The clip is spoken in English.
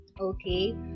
Okay